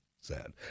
sad